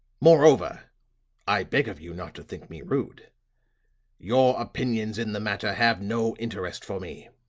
moreover i beg of you not to think me rude your opinions in the matter have no interest for me.